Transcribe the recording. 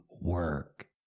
work